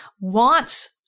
wants